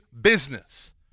business